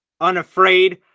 unafraid